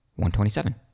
127